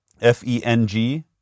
F-E-N-G